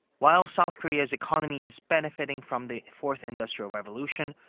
while south korea's economy is benefiting from the fourth industrial revolution.